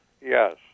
Yes